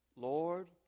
Lord